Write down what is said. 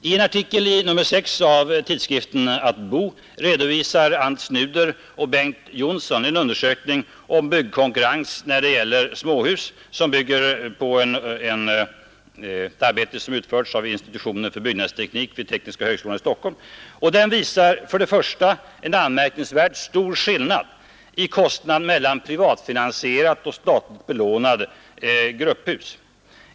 I en artikel i nr 6 av tidskriften Att bo redovisar Ants Nuder och Bengt Johnson en undersökning om byggkonkurrens när det gäller småhus, som grundar sig på ett arbete som utförts av institutionen för byggnadsteknik vid tekniska högskolan i Stockholm. Den visar först och främst en anmärkningsvärt stor skillnad i kostnad mellan privatfinansierade och statligt belånade grupphus.